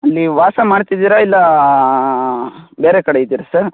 ಅಲ್ಲಿ ವಾಸ ಮಾಡ್ತಿದ್ದೀರಾ ಇಲ್ಲಾ ಬೇರೆ ಕಡೆ ಇದ್ದೀರಾ ಸರ್